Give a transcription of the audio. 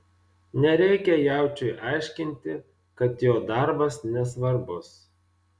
nereikia jaučiui aiškinti kad jo darbas nesvarbus